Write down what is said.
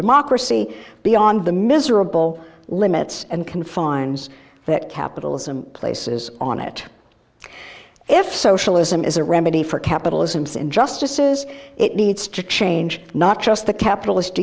democracy beyond the miserable limits and confines that capitalism places on it if socialism is a remedy for capitalisms injustices it needs to change not just the capitalist